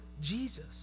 Jesus